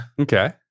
Okay